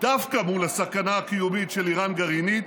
דווקא מול הסכנה הקיומית של איראן גרעינית,